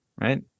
right